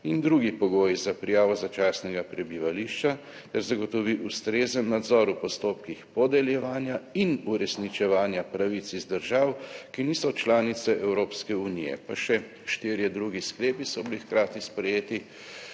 in drugi pogoji za prijavo začasnega prebivališča ter zagotovi ustrezen nadzor v postopkih podeljevanja in uresničevanja pravic iz držav, ki niso članice Evropske unije. Pa še štirje drugi sklepi so bili hkrati sprejeti.